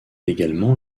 également